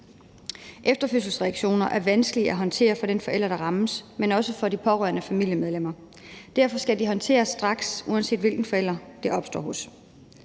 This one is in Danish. Efterfødselsreaktioner er vanskelige at håndtere for den forælder, der rammes, men også for de pårørende, familiemedlemmerne. Derfor skal de håndteres straks, uanset hvilken forælder det opstår hos.